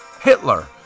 Hitler